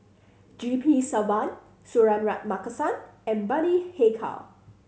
G P Selvam Suratman Markasan and Bani Haykal